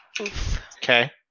Okay